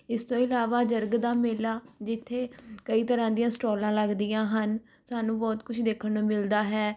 ਇਸ ਤੋਂ ਇਲਾਵਾ ਜਰਗ ਦਾ ਮੇਲਾ ਜਿੱਥੇ ਕਈ ਤਰ੍ਹਾਂ ਦੀਆਂ ਸਟਾਲਾਂ ਲੱਗਦੀਆਂ ਹਨ ਸਾਨੂੰ ਬਹੁਤ ਕੁਝ ਦੇਖਣ ਨੂੰ ਮਿਲਦਾ ਹੈ